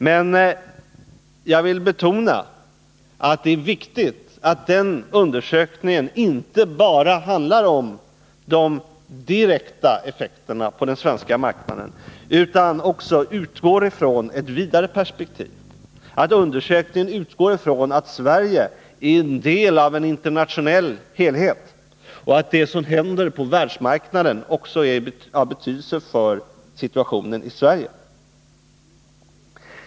Men jag vill betona att det är viktigt att den undersökningen inte bara handlar om de direkta effekterna på den svenska marknaden utan också utgår från ett vidare perspektiv — att Sverige är en del av en internationell helhet och att det som händer på världsmarknaden också är av betydelse för situationen i Sverige.